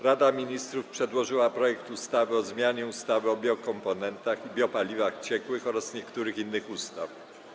Rada Ministrów przedłożyła projekt ustawy o zmianie ustawy o biokomponentach i biopaliwach ciekłych oraz niektórych innych ustaw.